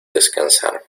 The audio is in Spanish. descansar